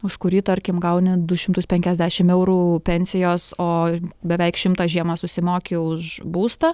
už kurį tarkim gauni du šimtus penkiasdešim eurų pensijos o beveik šimtą žiemą susimoki už būstą